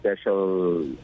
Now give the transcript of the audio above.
special